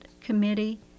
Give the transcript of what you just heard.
committee